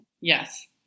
Yes